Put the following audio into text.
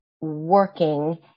working